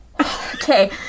okay